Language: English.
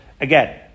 Again